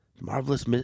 Marvelous